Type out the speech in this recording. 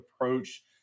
approach